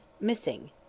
Missing